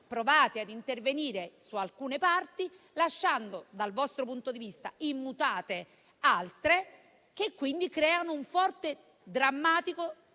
provate a intervenire su alcune parti, lasciando, dal vostro punto di vista, immutate altre, che quindi creano un forte e drammatico